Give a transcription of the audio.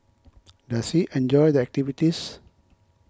does he enjoy the activities